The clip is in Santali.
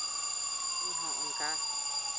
ᱤᱧᱦᱚᱸ ᱚᱱᱠᱟ